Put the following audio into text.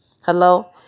Hello